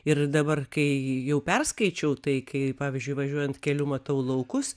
ir dabar kai jau perskaičiau tai kai pavyzdžiui važiuojant keliu matau laukus